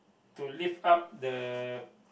to lift up the